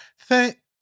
thank